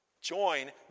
join